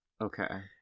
Okay